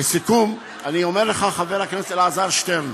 לסיכום, אני אומר לך, חבר הכנסת אלעזר שטרן,